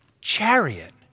chariot